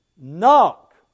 Knock